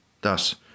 Thus